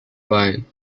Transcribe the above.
wine